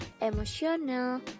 emotional